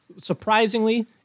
surprisingly